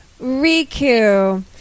Riku